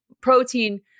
protein